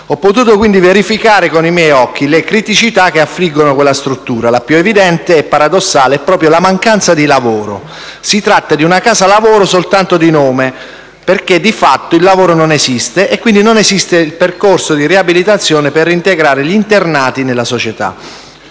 Ho potuto quindi verificare con i miei occhi le criticità che affliggono la struttura. La più evidente e paradossale è proprio la mancanza di lavoro: si tratta di una casa lavoro soltanto di nome, perché di fatto il lavoro non esiste e quindi non esiste il percorso di riabilitazione per reintegrare gli internati nella società.